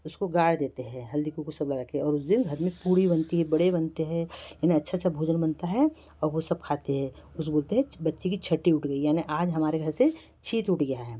उसको गाढ़ देते हैं हल्दी कुंकू सब लगाके और उस दिन घर में पूड़ी बनती है वड़े बनते हैं यानी अच्छा अच्छा भोजन बनता है और वो सब खाते हैं उसे बोलते हैं बच्चे की छठी उठ गई यानी आज हमारे घर से छीत उठ गया है